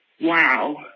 wow